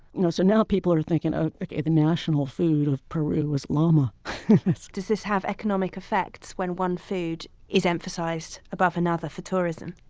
you know so, now people are thinking ah like the national food of peru is llama does this have economic effects when one food is emphasized above another for tourism?